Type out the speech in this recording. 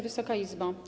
Wysoka Izbo!